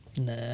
Nah